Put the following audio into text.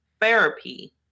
therapy